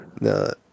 No